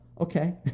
okay